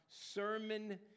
sermon